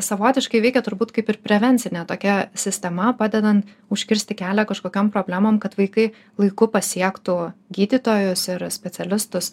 savotiškai veikia turbūt kaip ir prevencinė tokia sistema padedant užkirsti kelią kažkokiom problemom kad vaikai laiku pasiektų gydytojus ir specialistus